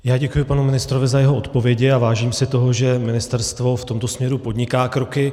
Já děkuji panu ministrovi za jeho odpovědi a vážím si toho, že ministerstvo v tomto směru podniká kroky.